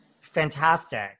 Fantastic